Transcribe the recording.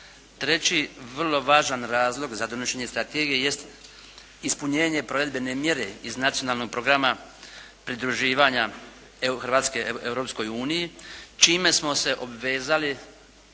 Treći vrlo važan razlog za donošenje strategije jest ispunjenje provedbene mjere iz Nacionalnog programa pridruživanja EU Hrvatske Europskoj uniji čime smo se obvezali